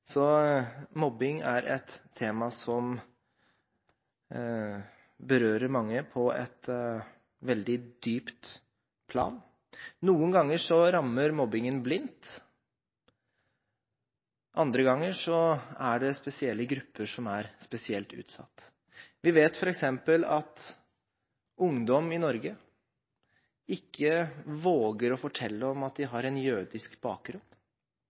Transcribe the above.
Mobbing er et tema som berører mange på et veldig dypt plan. Noen ganger rammer mobbingen blindt, andre ganger er det spesielle grupper som er utsatt. Vi vet f.eks. at ungdommer i Norge ikke våger å fortelle om at de har en jødisk bakgrunn,